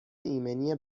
ایمنی